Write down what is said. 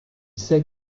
sait